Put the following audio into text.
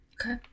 Okay